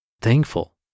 thankful